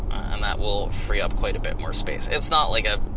and that will free up quite a bit more space. it's not like a